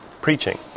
preaching